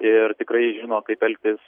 ir tikrai žino kaip elgtis